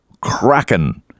Kraken